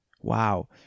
Wow